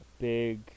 big